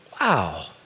wow